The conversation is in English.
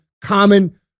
common